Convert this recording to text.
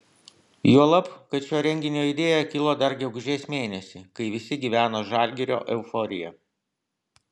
juolab kad šio renginio idėja kilo dar gegužės mėnesį kai visi gyveno žalgirio euforija